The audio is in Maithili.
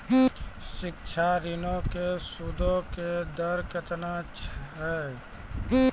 शिक्षा ऋणो के सूदो के दर केतना छै?